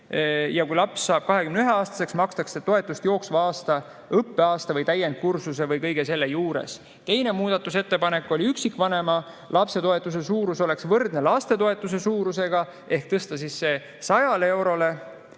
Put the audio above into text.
Ja kui laps saab 21-aastaseks, makstakse toetust jooksva õppeaasta või täienduskursuse lõpuni. Teine muudatusettepanek oli, et üksikvanema lapse toetuse suurus oleks võrdne lapsetoetuse suurusega ehk tõsta see 100 euroni.